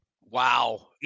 Wow